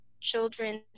children's